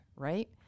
right